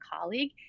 colleague